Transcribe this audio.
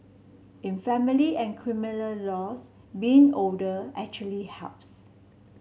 in family and criminal laws being older actually helps